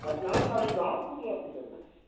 मटिहानी बला अभी कहाँ पुल अथी करलखिन